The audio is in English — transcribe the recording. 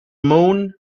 moon